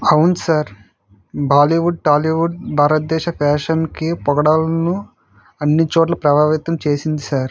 అవును sir Bollywood Tollywood భారతదేశ ఫ్యాషన్కి పోకడలను అన్నీచోట్ల ప్రభావితం చేసింది సార్